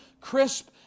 crisp